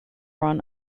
run